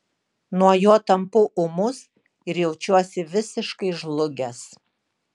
nuo jo tampu ūmus ir jaučiuosi visiškai žlugęs